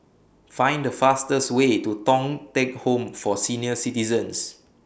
Find The fastest Way to Thong Teck Home For Senior Citizens